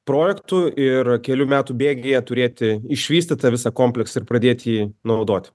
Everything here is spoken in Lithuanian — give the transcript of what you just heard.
projektu ir kelių metų bėgyje turėti išvystytą visą komplektą ir pradėti jį naudot